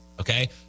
Okay